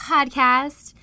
Podcast